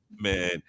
man